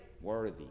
Worthy